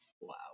Wow